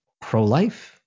Pro-life